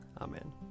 Amen